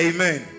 Amen